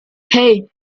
hei